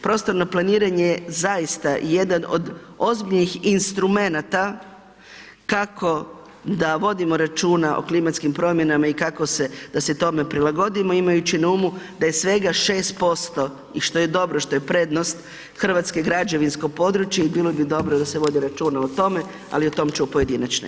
Prostorno planiranje je zaista jedan od ozbiljnih instrumenata kako da vodimo računa o klimatskim promjenama i kako se, da se tome prilagodimo imajući na umu da je svega 6% i što je dobro, što je prednost Hrvatske, građevinsko podruje i bilo bi dobro da se vodi računa o tome, ali o tome ću u pojedinačnoj.